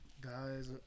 Guys